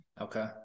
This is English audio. Okay